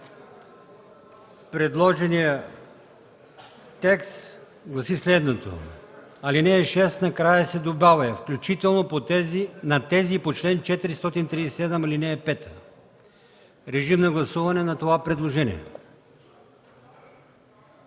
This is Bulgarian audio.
Предложеният текст гласи следното: „В ал. 6 накрая се добавя „включително на тези по чл. 437, ал. 5”. Режим на гласуване на това предложение.